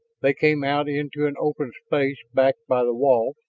they came out into an open space backed by the wall,